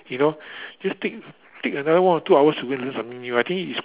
you know just take take another one or two hours to go and learn something new I think it's